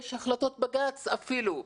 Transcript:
יש החלטות בג"ץ אפילו,